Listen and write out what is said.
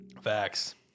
Facts